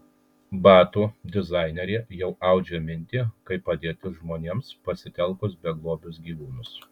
batų dizainerė jau audžia mintį kaip padėti žmonėms pasitelkus beglobius gyvūnus